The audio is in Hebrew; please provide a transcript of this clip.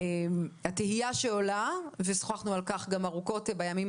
התהייה שעולה ושוחחנו על כך ארוכות בימים